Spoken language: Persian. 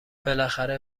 بالاخره